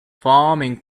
farming